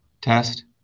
Test